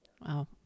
Wow